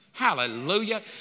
Hallelujah